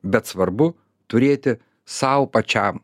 bet svarbu turėti sau pačiam